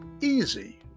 easy